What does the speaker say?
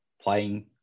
playing